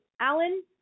Alan